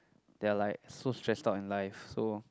they are like so stressed out in life so